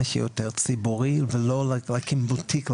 שיותר ציבורי ולא להקים בוטיק לעשירים,